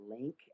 link